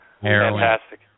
Fantastic